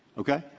okay?